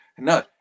No